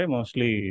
Mostly